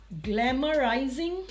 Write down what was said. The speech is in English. glamorizing